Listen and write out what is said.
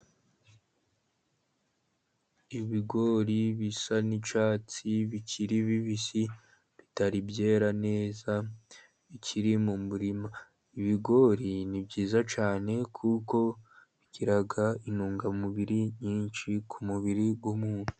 Ibigori bisa n'icyatsi bikiri bibisi bitari byera neza bikiri mu murima, ibigori ni byiza cyane, kuko bigira intungamubiri nyinshi ku mubiri w'umuntu.